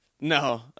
No